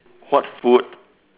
what food